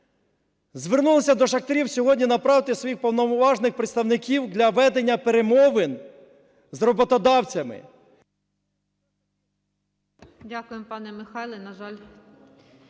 звернувся до шахтарів сьогодні: направте своїх повноважних представників для ведення перемовин з роботодавцями…